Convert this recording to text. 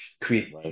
create